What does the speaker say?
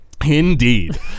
Indeed